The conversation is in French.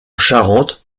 charente